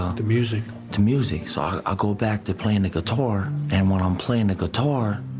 um the music to music. so, i go back to playing the guitar. and when i'm playing the guitar,